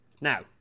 Now